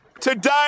today